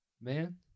man